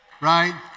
right